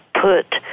put